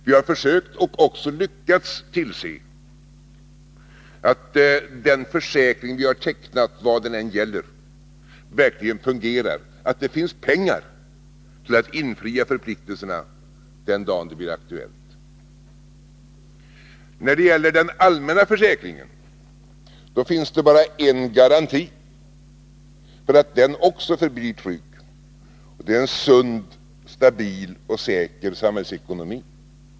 Vi har försökt och också lyckats tillse att den försäkring vi har tecknat, vad den än gäller, verkligen fungerar, att det finns pengar till att infria förpliktelserna den dagen det blir aktuellt. När det gäller den allmänna försäkringen finns det bara en garanti för att den också förblir trygg, och det är en sund, stabil och säker samhällsekonomi.